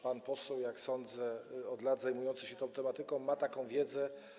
Pan poseł, jak sądzę, od lat zajmujący się tą tematyką, ma taką wiedzę.